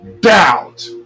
doubt